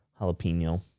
jalapeno